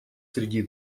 среди